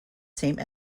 same